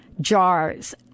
jars